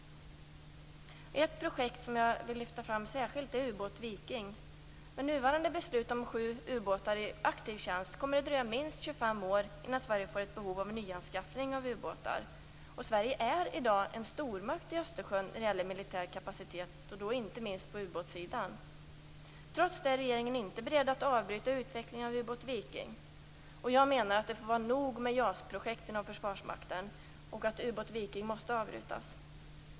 Ett projekt som jag vill särskilt lyfta fram är ubåt Viking. Med nuvarande beslut om sju ubåtar i aktiv tjänst kommer det att dröja minst 25 år innan Sverige får behov av nyanskaffning av ubåtar. Sverige är i dag en stormakt i Östersjön beträffande militär kapacitet - inte minst på ubåtssidan. Trots det är regeringen inte beredd att avbryta utvecklingen av ubåt Viking. Jag menar att det får vara nog med JAS-projekt i försvarsmakten, och projektet ubåt Viking måste avbrytas.